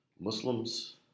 Muslims